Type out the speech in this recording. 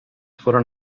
foren